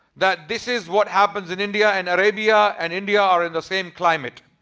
that this is what happens in india and arabia and india are in the same climate.